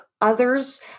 others